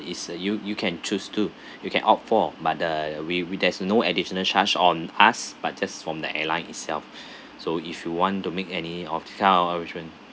is uh you you can choose too you can opt for but the we we there's no additional charge on us but just from the airline itself so if you want to make any of arrangement